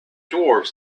dwarves